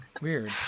Weird